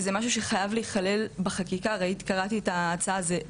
כלומר אינוס במובן של האונס כמו שהוא מתרחש במרחב הפיזי,